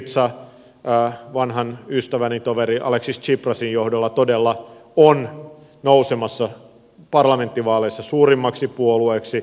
syriza vanhan ystäväni toveri alexis tsiprasin johdolla todella on nousemassa parlamenttivaaleissa suurimmaksi puolueeksi